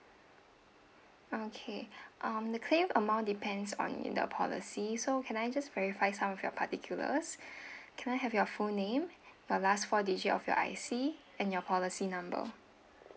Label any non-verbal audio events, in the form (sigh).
okay um the claim amount depends on in the policy so can I just verify some of your particulars (breath) can I have your full name the last four digit of your I_C and your policy number